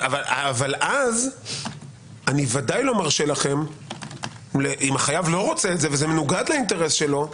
אבל אז אם החייב לא רוצה את זה וזה מנוגד לאינטרס שלו,